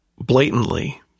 blatantly